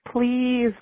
Please